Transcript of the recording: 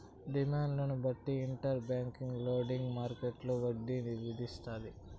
డిమాండ్ను బట్టి inter bank lending మార్కెట్టులో వడ్డీ విధిస్తారు